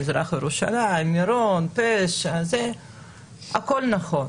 מזרח ירושלים, מירון, פשע, הכול נכון